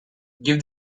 give